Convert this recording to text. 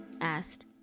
asked